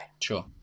Sure